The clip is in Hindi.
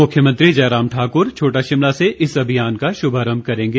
मुख्यमंत्री जयराम ठाक्र छोटा शिमला से इस अभियान का शुभारम्भ करेंगे